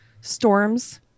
storms